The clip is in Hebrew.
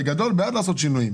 בגדול בעד לעשות שינויים,